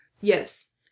yes